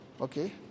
okay